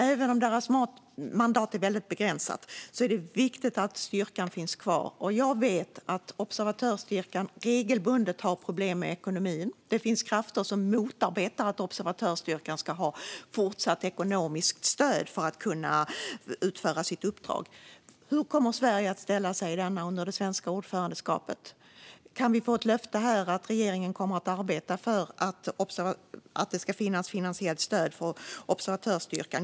Även om deras mandat är begränsat är det viktigt att styrkan finns kvar. Jag vet att observatörsstyrkan regelbundet har problem med ekonomin, och det finns krafter som motarbetar att observatörsstyrkan även i fortsättningen ska ha ekonomiskt stöd för att kunna utföra sitt uppdrag. Hur kommer Sverige att ställa sig i denna fråga under det svenska ordförandeskapet? Kan vi här få ett löfte att regeringen kommer att arbeta för att det ska finnas finansiellt stöd för observatörsstyrkan?